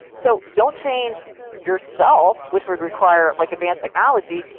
so don't change yourself, which would require like advanced technology.